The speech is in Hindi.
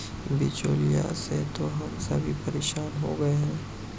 बिचौलियों से तो हम सभी परेशान हो गए हैं